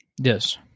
Yes